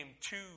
two